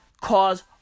cause